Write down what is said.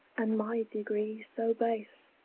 and my degree so base.